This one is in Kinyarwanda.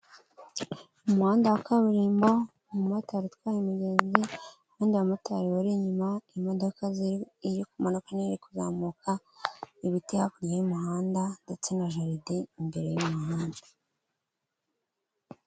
Umuhanda wa kaburimbo, umumotari utwaye umugenzi abandi abamotari bari inyuma, imodoka iri kumanuka n'iri kuzamuka, ibiti hakurya y'umuhanda ndetse na jaride imbere muhanda.